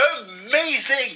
Amazing